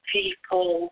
people